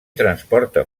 transporta